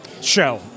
show